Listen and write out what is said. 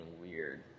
weird